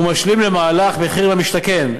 והוא משלים למהלך מחיר למשתכן,